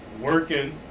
working